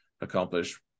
accomplish